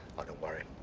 don't worry,